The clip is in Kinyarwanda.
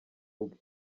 ubwe